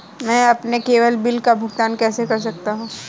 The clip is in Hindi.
मैं अपने केवल बिल का भुगतान कैसे कर सकता हूँ?